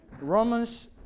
Romans